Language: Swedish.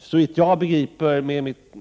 Såvitt jag begriper, med mitt